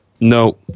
no